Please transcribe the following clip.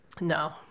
No